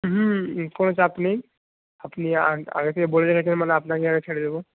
হুম হুম কোনো চাপ নেই আপনি আগে থেকে বলে রেখেছেন মানে আপনাকে আগে ছেড়ে দেবো